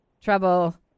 trouble